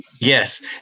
Yes